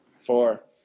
four